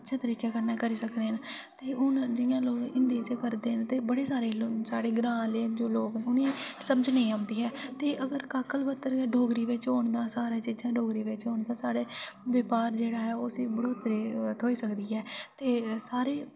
अच्छे तरिके कन्नै करी सकने आं ते हून जि'यां लोक हिन्दी च करदे न बड़े सारे लोक साढ़े ग्रां आह्ले उ'नें गी समझ नेई औंदी ऐ अगर काकल पत्तर गेै डोगरी च होन ते साढ़ा ब्यापार जेह्ड़ा ऐ उसी बढौतरी थ्होई सकदी ऐ ते सारे